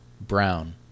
Brown